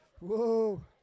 whoa